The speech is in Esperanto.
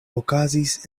okazis